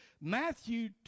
Matthew